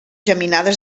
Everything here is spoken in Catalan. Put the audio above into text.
geminades